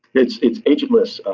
it's it's agentless.